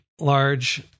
large